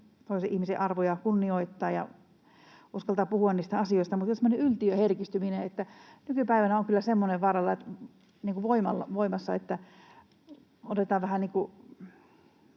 toisen ihmisen arvoja kunnioittaa ja uskaltaa puhua asioista, mutta jotenkin tuntuu, että on semmoinen yltiöherkistyminen. Nykypäivänä on kyllä semmoinen voimassa, että otetaan vähän niin kuin